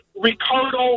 Ricardo